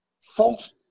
false